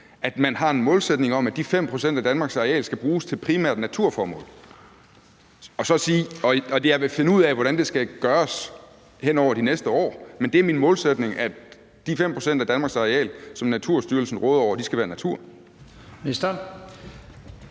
at man har en målsætning om, at de 5 pct. af Danmarks areal skal bruges til primært naturformål, og så sige: Jeg vil finde ud af, hvordan det skal gøres hen over de næste år, men det er min målsætning, at de 5 pct. af Danmarks areal, som Naturstyrelsen råder over, skal være natur.